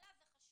אבל לה זה חשוב.